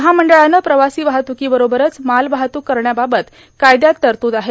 महामंडळानं प्रवासी वाहत्कांबरोबरच माल वाहतूक करण्याबाबत कायद्यात तरतूद आहे